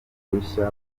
rushya